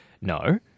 No